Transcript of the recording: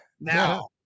Now